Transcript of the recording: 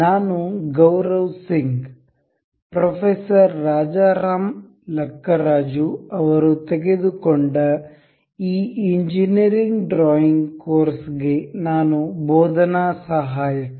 ನಾನು ಗೌರವ್ ಸಿಂಗ್ ಪ್ರೊಫೆಸರ್ ರಾಜಾರಾಮ್ ಲಕ್ಕರಾಜು ಅವರು ತೆಗೆದುಕೊಂಡ ಈ ಇಂಜಿನಿಯರಿಂಗ್ ಡ್ರಾಯಿಂಗ್ ಕೋರ್ಸ್ ಗೆ ನಾನು ಬೋಧನಾ ಸಹಾಯಕ